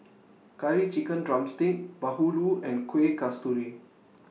Curry Chicken Drumstick Bahulu and Kuih Kasturi